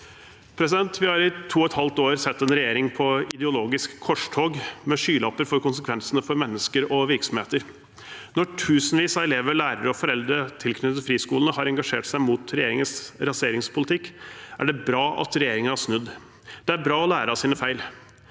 har i to og et halvt år sett en regjering på ideologisk korstog, med skylapper for konsekvensene for mennesker og virksomheter. Når tusenvis av elever, lærere og foreldre tilknyttet friskolene har engasjert seg mot regjeringens raseringspolitikk, er det bra at regjeringen har snudd. Det er bra å lære av sine feil.